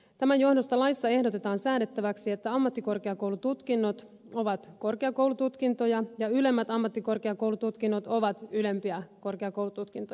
tämän johdosta laissa ehdotetaan säädettäväksi että ammattikorkeakoulututkinnot ovat korkeakoulututkintoja ja ylemmät ammattikorkeakoulututkinnot ovat ylempiä korkeakoulututkintoja